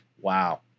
Wow